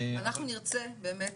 אנחנו נרצה באמת,